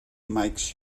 makes